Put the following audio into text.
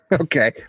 Okay